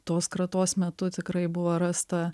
tos kratos metu tikrai buvo rasta